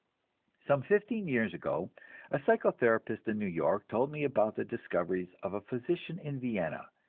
some fifteen years ago a psychotherapist in new york told me about the discoveries of a physician in vienna,